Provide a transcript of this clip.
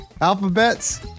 Alphabets